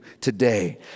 today